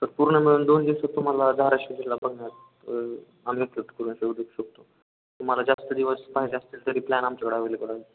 sir पूर्ण मिळून दोन दिवसात तुम्हाला धाराशिव जिल्हा बघण्यात शकतो तुम्हाला जास्त दिवस पाहिजे असतील तरी प्लॅन आमच्याकडं अवेलेबल आहे